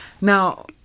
Now